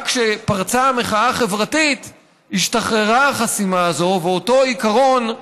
רק כשפרצה המחאה החברתית השתחררה החסימה הזו ואותו עיקרון,